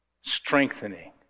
Strengthening